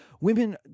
Women